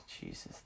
Jesus